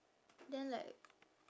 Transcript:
then like